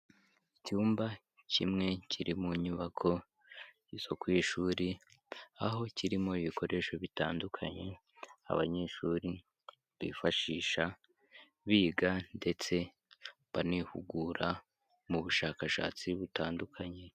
Icyumba kimwe kiri mu nyubako zo ku ishuri, aho kirimo ibikoresho bitandukanye abanyeshuri bifashisha biga ndetse banihugura mu bushakashatsi butandukanye.